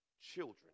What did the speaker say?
children